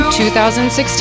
2016